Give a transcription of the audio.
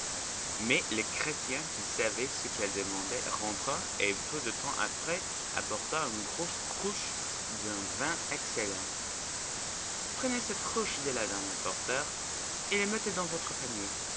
mais le chrétien qui savait ce qu'elle demandait rentra et peu de temps après apporta une grosse cruche d'un vin excellent prenez cette cruche dit la dame au porteur et la mettez dans votre panier